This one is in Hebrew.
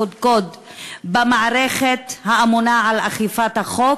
הקודקוד במערכת הממונה על אכיפת החוק,